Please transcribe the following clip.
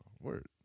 word